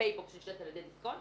ופייבוקס שנשלטת על ידי בנק דיסקונט,